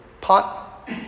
pot